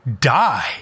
die